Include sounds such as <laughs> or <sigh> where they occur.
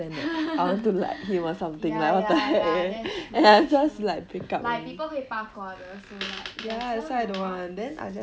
<laughs> ya ya ya that's true true like people 会八卦的 so like just some new ones